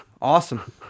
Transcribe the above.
awesome